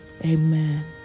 amen